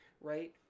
right